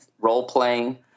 role-playing